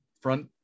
front